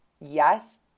Yes